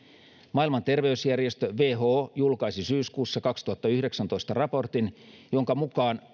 maailman terveysjärjestö who julkaisi syyskuussa kaksituhattayhdeksäntoista raportin jonka mukaan